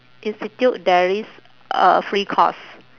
institute there is a free course